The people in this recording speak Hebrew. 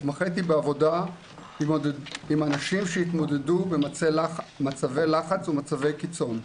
התמחיתי בעבודה עם אנשים שהתמודדו במצבי לחץ ומצבי קיצון.